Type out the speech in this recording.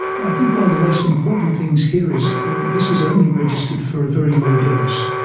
well, i think one of the most important things here is this is only registered for a very low dose.